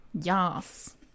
Yes